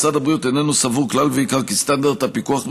משרד הבריאות איננו סבור כלל ועיקר כי סטנדרט הפיקוח על